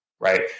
Right